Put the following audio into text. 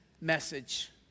message